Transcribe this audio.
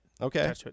Okay